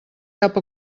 cap